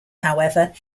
however